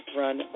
run